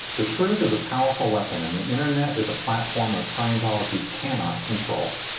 the truth is a powerful weapon and the internet is a platform which scientology cannot control.